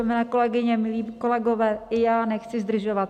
Milé kolegyně, milí kolegové, ani já nechci zdržovat.